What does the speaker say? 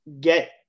get